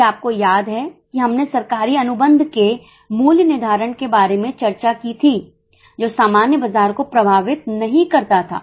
यदि आपको याद है कि हमने सरकारी अनुबंध के मूल्य निर्धारण के बारे में चर्चा की थी जो सामान्य बाजार को प्रभावित नहीं करता था